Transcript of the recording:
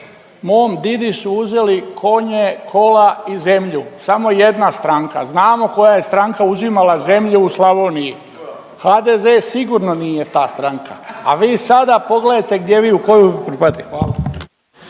mom didi su uzeli konje, kola i zemlju, samo jedna stranka. Znamo koja je stranka uzimala zemlju u Slavoniji. HDZ sigurno nije ta stranka. A vi sada pogledajte gdje vi, u koju pripadate. Hvala.